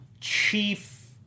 Chief